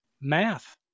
Math